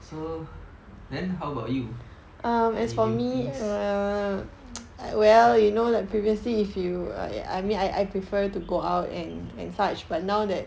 so then how about you any new things